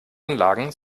anlagen